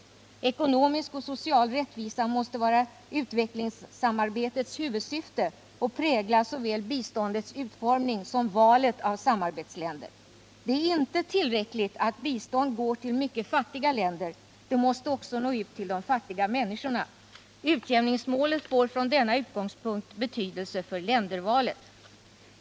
Ekonomisk och social rättvisa måste vara utvecklingssamarbetets huvudsyfte och prägla såväl biståndets utformning som valet av samarbetsländer. Det är inte tillräckligt att bistånd går till mycket fattiga länder, det måste också nå ut till de fattiga människorna. Utjämningsmålet får från denna utgångspunkt betydelse för ländervalet.